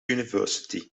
university